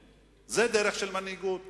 זה מוביל בדיוק לנקודות האלה,